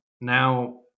now